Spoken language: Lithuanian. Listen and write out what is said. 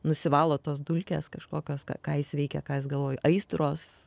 nusivalo tos dulkės kažkokios ką jis veikia ka jis galvoja aistros